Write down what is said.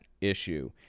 issue